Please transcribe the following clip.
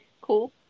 Cool